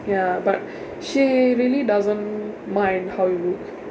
ya but she really doesn't mind how you look